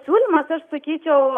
siūlymas aš sakyčiau